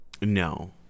No